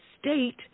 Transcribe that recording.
state